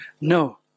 No